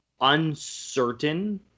Uncertain